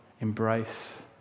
embrace